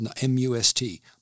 M-U-S-T